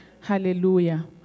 Hallelujah